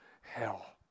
hell